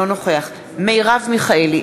אינו נוכח מרב מיכאלי,